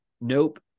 Nope